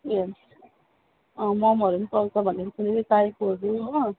ए अँ मोमोहरू पनि पाउँछ भनेर सुनेर ताइपोहरू हो